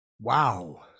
Wow